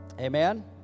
Amen